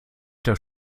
das